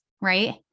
right